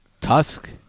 Tusk